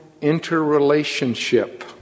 interrelationship